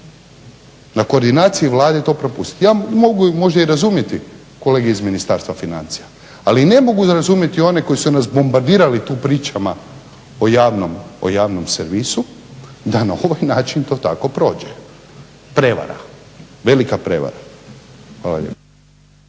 Na koordinaciji Vlade to propustiti. Ja mogu možda i razumjeti kolege iz Ministarstva financija, ali ne mogu razumjeti one koji su nas bombardirali tu pričama o javnom servisu da na ovaj način to tako prođe. Prevara, velika prevara. Hvala lijepo.